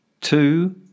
two